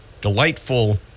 delightful